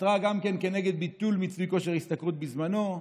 עתרה גם כנגד ביטול מיצוי כושר השתכרות בזמנו,